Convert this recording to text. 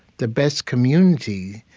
the best community,